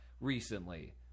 recently